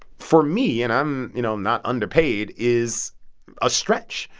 for me and i'm you know, i'm not underpaid is a stretch,